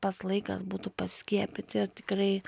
pats laikas būtų pasiskiepyti tikrai